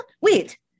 Wait